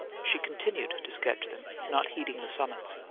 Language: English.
she continued to sketch them, not heeding the summons.